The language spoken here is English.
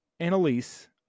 Annalise